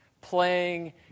playing